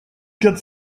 quatre